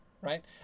Right